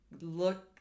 look